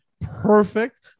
perfect